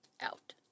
out